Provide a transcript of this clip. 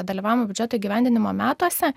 dalyvavimo biudžeto įgyvendinimo metuose